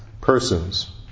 persons